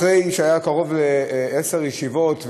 אחרי שהיו קרוב לעשר ישיבות,